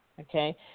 Okay